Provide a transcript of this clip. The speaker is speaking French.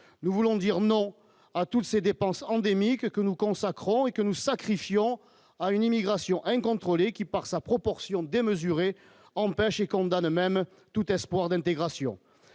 nous voulons dire non à toutes ces dépenses endémique que nous consacrons et que nous sacrifions à une immigration incontrôlée, qui par sa proportions démesurées empêcher condamne même tout espoir d'intégration,